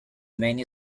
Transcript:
many